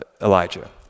Elijah